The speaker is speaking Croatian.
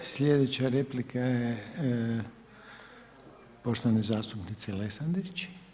Slijedeća replika je poštovane zastupnice Lesandrić.